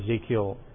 Ezekiel